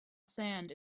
sand